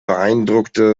beeindruckte